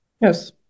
Yes